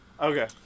Okay